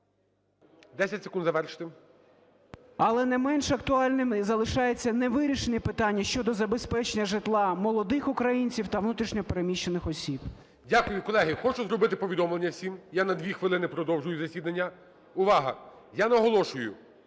10 секунд завершити. ДОЛЖЕНКОВ О.В. Але не менш актуальними залишаються невирішені питання щодо забезпечення житла молодих українців та внутрішньо переміщених осіб. 18:00:38 ГОЛОВУЮЧИЙ. Дякую, колеги. Хочу зробити повідомлення всім, я на 2 хвилини продовжую засідання. Увага, я наголошую,